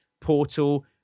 portal